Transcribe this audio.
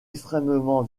extrêmement